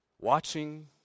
watching